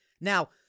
Now